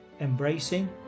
embracing